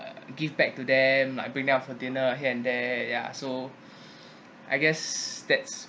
uh give back to them like bring them out for dinner here and there ya so I guess that's